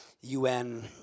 UN